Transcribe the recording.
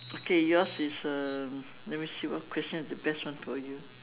okay yours is uh let me see what question is the best one for you